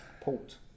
Port